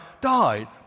died